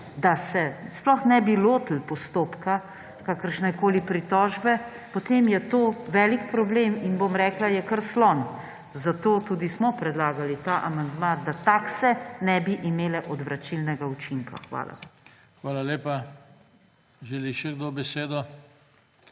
da se sploh ne bi lotili postopka kakršnekoli pritožbe, potem je to velik problem in, bom rekla, je kar slon. Zato tudi smo predlagali ta amandma, da takse ne bi imele odvračilnega učinka. Hvala. **PODPREDSEDNIK JOŽE